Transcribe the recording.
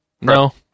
no